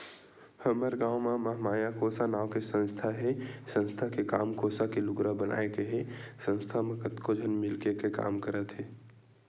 हमर गाँव म महामाया कोसा नांव के संस्था हे संस्था के काम कोसा ले लुगरा बनाए के हे संस्था म कतको झन मिलके के काम करथे